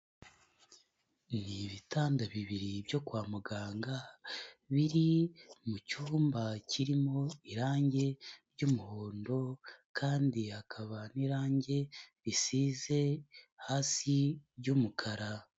Ni ibitanda bibiri byo kwa muganga biri mu cyumba kirimo irangi ry'umuhondo kandi hakaba n'irangi risize hasi ry'umukara.